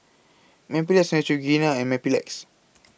Mepilex Neutrogena and Mepilex